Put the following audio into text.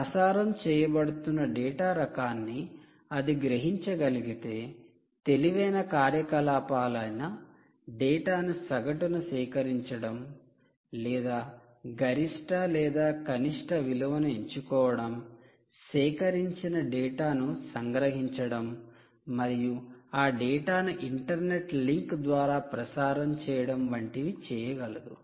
ప్రసారం చేయబడుతున్న డేటా రకాన్ని అది గ్రహించగలిగితే తెలివైన కార్యకలాపాలైన డేటాను సగటున సేకరించడం లేదా గరిష్ట లేదా కనిష్ట విలువను ఎంచుకోవడం సేకరించిన డేటాను సంగ్రహించడం మరియు ఆ డేటాను ఇంటర్నెట్ లింక్ ద్వారా ప్రసారం చేయడం వంటివి చేయగలదు